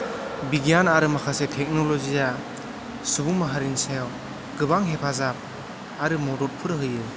बिगियान आरो माखासे टेक्नलजिआ सुबुं माहारिनि सायाव गोबां हेफाजाब आरो मददफोर होयो